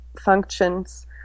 functions